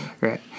right